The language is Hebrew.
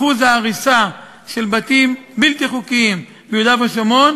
אחוז ההריסה של בתים בלתי חוקיים ביהודה ושומרון